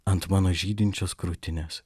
ant mano žydinčios krūtinės